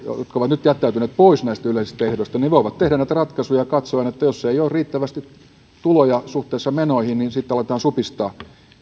jotka ovat nyt jättäytyneet pois näistä yleisistä ehdoista voivat tehdä näitä ratkaisuja katsoen että jos ei ole riittävästi tuloja suhteessa menoihin niin sitten aletaan supistaa